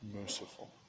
merciful